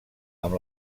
amb